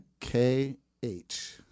K-H